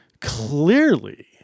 clearly